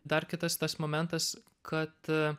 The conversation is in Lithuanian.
dar kitas tas momentas kad